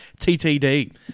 TTD